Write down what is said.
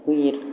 உயிர்